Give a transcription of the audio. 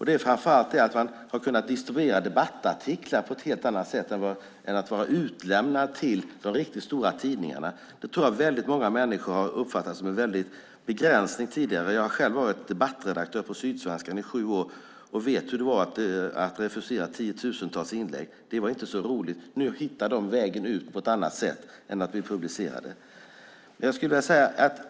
Det är framför allt att man har kunnat distribuera debattartiklar på ett helt annat sätt än att vara utlämnad till de riktigt stora tidningarna. Jag tror att många människor har uppfattat det som en stor begränsning tidigare. Jag var själv debattredaktör på Sydsvenskan i sju år och vet hur det var att refusera tiotusentals inlägg. Det var inte så roligt. Nu hittar de vägen ut på ett annat sätt än att bli publicerade.